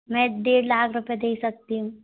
मैं डेढ़ लाख रुपए दे सकती हूँ